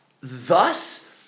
Thus